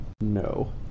No